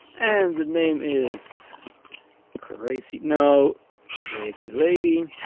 and the name is crazy no crazy lady.